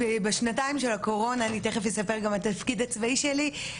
בשנתיים של הקורונה אני תיכף אספר גם על התפקיד הצבאי שלי,